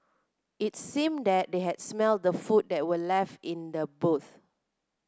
it seemed that they had smelt the food that were left in the boot